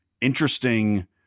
interesting